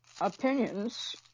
opinions